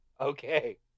Okay